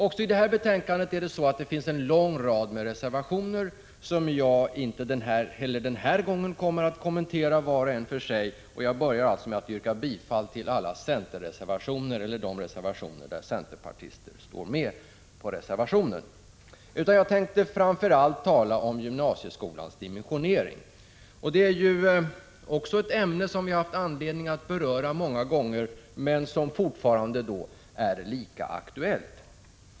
Också i det här betänkandet finns det en lång rad reservationer, som jag inte heller nu kommer att kommentera var och en för sig. Jag börjar alltså med att yrka bifall till alla centerreservationer och reservationer där centerpartister står med. Framför allt tänker jag tala om gymnasieskolans dimensionering. Det är också ett ämne som vi har haft anledning att beröra många gånger men som fortfarande är lika aktuellt.